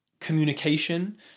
communication